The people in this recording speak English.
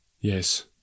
Yes